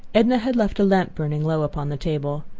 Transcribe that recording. edna had left a lamp burning low upon the table.